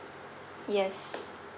yes